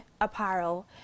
apparel